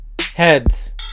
heads